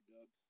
Doug